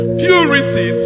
purity